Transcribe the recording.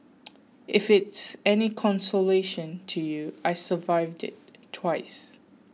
if it's any consolation to you I survived it twice